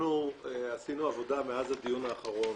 אנחנו עשינו עבודה מאז הדיון האחרון.